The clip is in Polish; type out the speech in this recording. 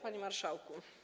Panie Marszałku!